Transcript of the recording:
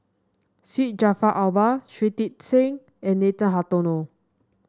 Syed Jaafar Albar Shui Tit Sing and Nathan Hartono